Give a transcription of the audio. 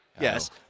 Yes